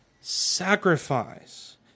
sacrifice